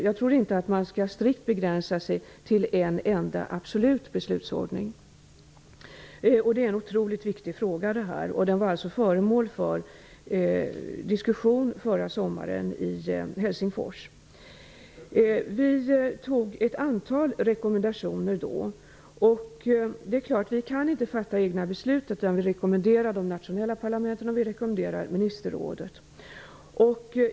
Jag tror inte att man strikt skall begränsa sig till en enda, absolut beslutsordning. Detta är en otroligt viktig fråga, och den var alltså föremål för diskussion förra sommaren i Helsingfors. Då gjorde vi ett antal rekommendationer. Självfallet kan vi inte fatta egna beslut, utan vi ger rekommendationer till de nationella parlamenten och ministerrådet.